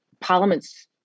parliament's